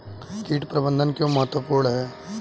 कीट प्रबंधन क्यों महत्वपूर्ण है?